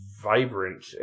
vibrant